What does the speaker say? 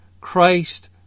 Christ